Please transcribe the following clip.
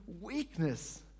weakness